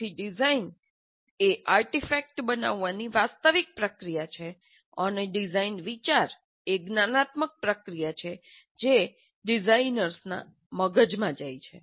તેથી ડિઝાઇન એ આર્ટિફેક્ટ બનાવવાની વાસ્તવિક પ્રક્રિયા છે અને ડિઝાઇન વિચાર એ જ્ઞાનાત્મક પ્રક્રિયા છે જે ડિઝાઇનર્સના મગજમાં જાય છે